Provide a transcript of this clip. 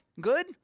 good